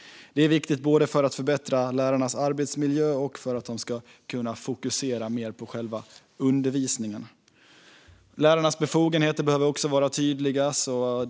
Det är viktigt både för att förbättra lärarnas arbetsmiljö och för att de ska kunna fokusera mer på själva undervisningen. Lärarens befogenheter behöver också vara tydliga.